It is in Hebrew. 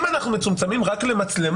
אם אנחנו מצומצמים רק למצלמות,